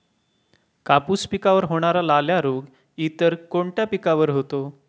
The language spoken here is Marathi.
कापूस पिकावर होणारा लाल्या रोग इतर कोणत्या पिकावर होतो?